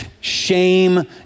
Shame